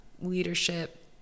leadership